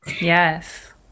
yes